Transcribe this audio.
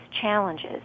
challenges